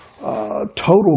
total